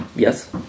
Yes